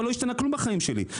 אבל לא השתנה כלום בחיים שלי,